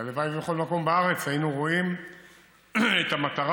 והלוואי שבכל מקום בארץ היינו רואים את המטרה.